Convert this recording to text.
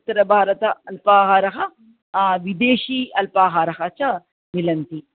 उत्तरभारत अल्पाहारः विदेशी अल्पाहारः च मिलन्ति